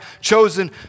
chosen